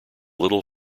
little